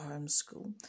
homeschool